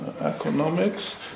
economics